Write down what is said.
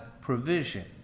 provision